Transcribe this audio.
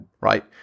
right